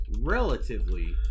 Relatively